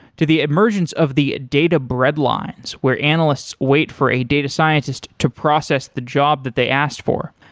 to the emergence of the data bread lines where analysts wait for a data scientist to process the job that they asked for.